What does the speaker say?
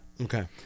Okay